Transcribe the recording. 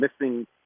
missing